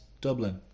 Dublin